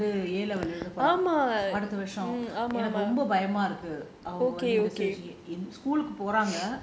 இப்போ என் பொன்னே வந்து:ippo en ponnae vanthu A level எழுத போறா அடுத்த வருஷம் எனக்கு ரொம்ப பயமா இருக்கு அவங்க வந்து:elutha pora adutha varusham enakku romba bayama iruku avanga vanthu